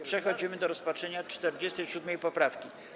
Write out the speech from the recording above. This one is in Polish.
Przechodzimy do rozpatrzenia 47. poprawki.